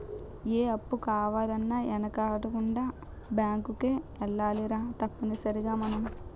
ఏ అప్పు కావాలన్నా యెనకాడకుండా బేంకుకే ఎల్లాలిరా తప్పనిసరిగ మనం